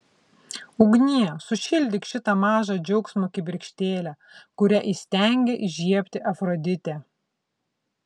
ugnie sušildyk šitą mažą džiaugsmo kibirkštėlę kurią įstengė įžiebti afroditė